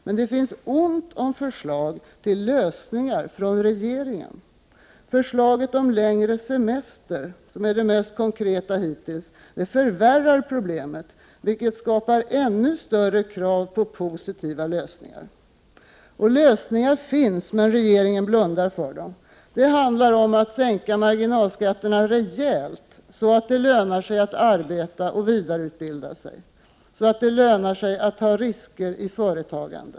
Men det finns ont om förslag till lösningar från regeringen. Förslaget om längre semester, som är det mest konkreta hittills, förvärrar problemet, vilket skapar ännu större krav på positiva lösningar. Och lösningar finns, men regeringen blundar för dem. Det handlar om att sänka marginalskatten rejält så att det lönar sig att arbeta och vidareutbilda sig och så att det lönar sig att ta risker i företagande.